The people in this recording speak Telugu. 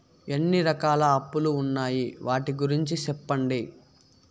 ఎన్ని రకాల అప్పులు ఉన్నాయి? వాటి గురించి సెప్పండి?